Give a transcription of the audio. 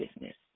business